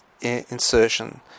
insertion